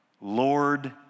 Lord